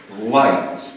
light